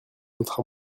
votre